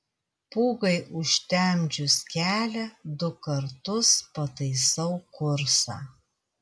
pūgai užtemdžius kelią du kartus pataisau kursą